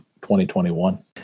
2021